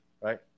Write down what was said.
right